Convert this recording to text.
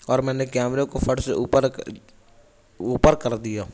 اور میں نے کیمرے کو فٹ سے اوپر اوپر کر دیا